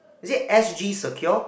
is it S_G secure